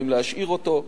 האם להשאיר אותו?